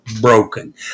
broken